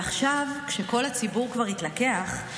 ועכשיו כשכל הציבור כבר התלקח,